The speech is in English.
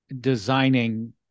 designing